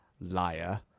liar